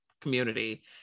community